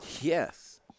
Yes